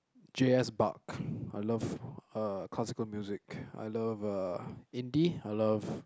J_S-Bach I love uh classical music I love uh indie I love